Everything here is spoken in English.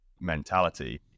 mentality